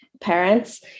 parents